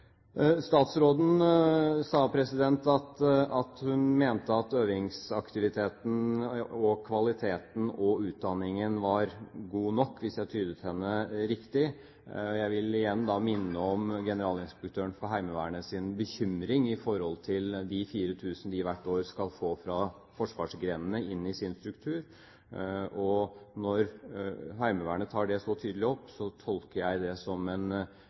Statsråden sa at hun mente at øvingsaktiviteten, kvaliteten og utdanningen var god nok, hvis jeg tydet henne riktig. Jeg vil igjen minne om Generalinspektøren for Heimevernets bekymring for de 4 000 de hvert år skal få fra forsvarsgrenene inn i sin struktur. Når Heimevernet tar det så tydelig opp, tolker jeg det som